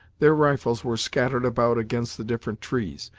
their rifles were scattered about against the different trees,